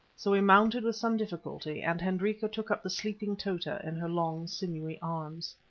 so we mounted with some difficulty, and hendrika took up the sleeping tota in her long, sinewy arms.